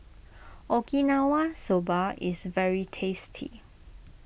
Okinawa Soba is very tasty